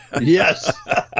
Yes